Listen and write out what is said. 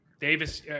Davis